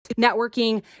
networking